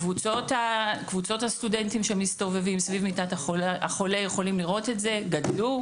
קבוצות הסטודנטים שמסתובבים סביב מיטת החולה גדלו.